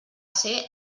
ser